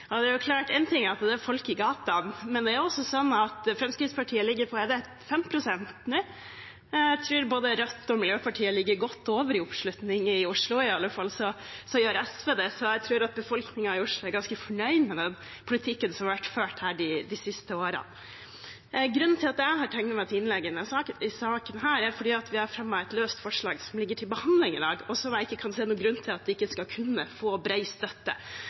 Det er klart: Én ting er at det er folk i gatene, men det er også sånn at Fremskrittspartiet vel ligger på 5 pst. nå. Jeg tror både Rødt og Miljøpartiet ligger godt over i oppslutning i Oslo. I alle fall gjør SV det, så jeg tror at befolkningen i Oslo er ganske fornøyd med den politikken som har vært ført her de siste årene. Grunnen til at jeg har tegnet meg til innlegg i denne saken, er at vi har fremmet et løst forslag som ligger til behandling i dag, og som jeg ikke kan se noen grunn til at ikke skal kunne få bred støtte.